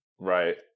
Right